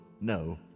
no